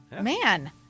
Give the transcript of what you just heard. Man